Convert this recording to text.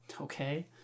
Okay